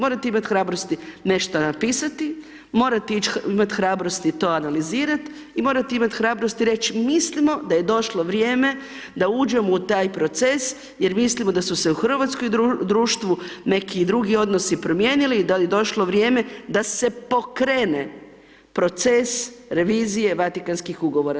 Morate imati hrabrosti nešta napisati, morate imati hrabrosti to analizirat', i morate imati hrabrosti reći mislimo da je došlo vrijeme da uđemo u taj proces jer mislimo da su se u hrvatskom društvu neki drugi odnosi promijenili, i da je došlo vrijeme da se pokrene proces revizije Vatikanskih ugovora.